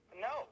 No